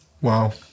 Wow